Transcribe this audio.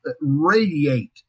radiate